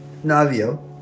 Navio